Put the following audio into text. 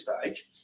stage